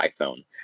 iphone